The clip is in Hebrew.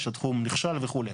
שהתחום נכשל וכו'.